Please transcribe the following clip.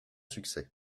succès